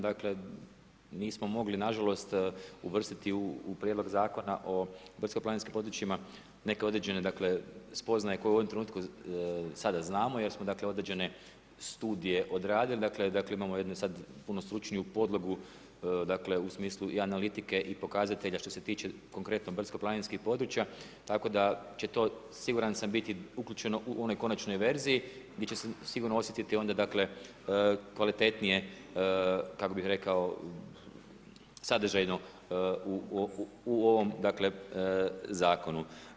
Dakle, nismo mogli nažalost uvrstiti u Prijedlog zakona o brdsko-planinskim područjima neke određene dakle spoznaje koje u ovom trenutku sada znamo jer smo dakle određene studije odradili, dakle imamo jednu sad puno stručniju podlogu dakle u smislu i analitike i pokazatelja što se tiče konkretno brdsko-planinskih područja tako da će to siguran sam biti uključeno u onoj konačnoj verziji gdje će se sigurno osjetiti onda dakle kvalitetnije kako bih rekao sadržajno u ovom dakle zakonu.